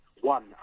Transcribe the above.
one